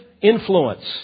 influence